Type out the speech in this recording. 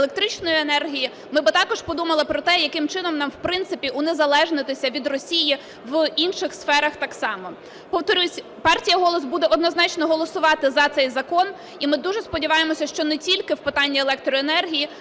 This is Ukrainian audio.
електричної енергії ми би також подумали про те, яким чином нам, в принципі, унезалежнитися від Росії в інших сферах так само. Повторюся, партія "Голос" буде, однозначно, голосувати за цей закон, і ми дуже сподіваємося, що не тільки в питанні електроенергії,